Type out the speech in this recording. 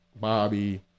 Bobby